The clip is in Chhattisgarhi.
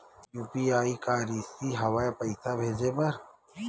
यू.पी.आई का रिसकी हंव ए पईसा भेजे बर?